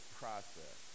process